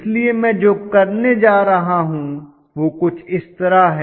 इसलिए मैं जो करने जा रहा हूं वह कुछ इस तरह है